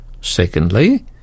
Secondly